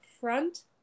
front